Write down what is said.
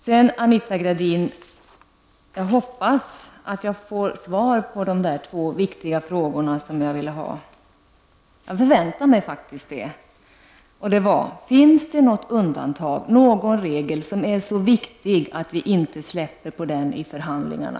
Sedan, Anita Gradin, förväntar jag mig faktiskt svar på de två viktiga frågor som jag ställde. Den första frågan var: Finns det någon regel som är så viktig att vi inte släpper den i förhandlingarna?